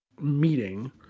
meeting